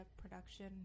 production